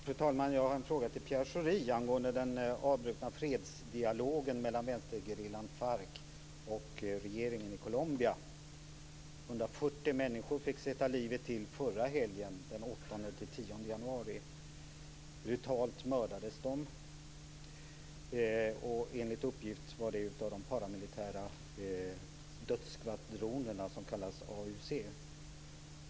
Fru talman! Jag har en fråga till Pierre Schori angående den avbrutna fredsdialogen mellan vänstergerillan Farc och regeringen i Colombia. 140 människor fick sätta livet till förra helgen, den 8-10 januari. Brutalt mördades de. Enligt uppgift var det av de paramilitära dödsskvadronerna, som kallas AUC.